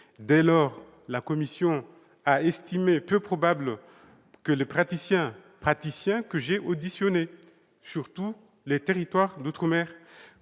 Dès lors, la commission a estimé peu probable que les praticiens- et je les ai auditionnés sur tous les territoires d'outre-mer